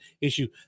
issue